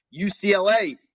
UCLA